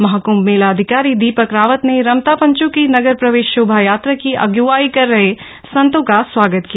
महाकंभ मेलाधिकारी दीपक रावत ने रमता पंचों के नगर प्रवेश शोभा यात्रा की अग्वाई कर रहे संतों का स्वागत किया